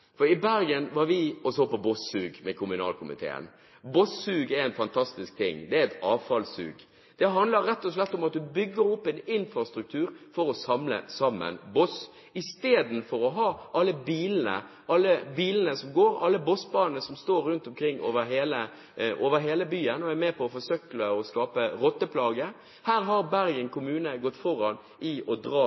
å nevne Bergen kommune. Vi i kommunalkomiteen var i Bergen og så på bosssug. Bossug er en fantastisk ting. Det er et avfallssug. Det handler rett og slett om at man bygger opp en infrastruktur for å samle sammen boss. I stedet for å ha alle bilene som kjører rundt, og bosspannene som står rundt omkring over hele byen og er med på å forsøple og skape rotteplage, har Bergen kommune gått foran i å